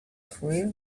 career